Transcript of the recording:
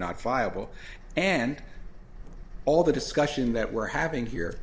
not viable and all the discussion that we're having here